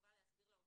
חובה להסביר לעובד,